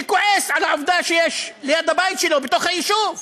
שכועס על העובדה שיש ליד הבית שלו בתוך היישוב אשפה,